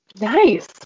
Nice